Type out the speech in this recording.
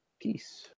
Peace